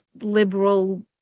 liberal